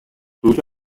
pluja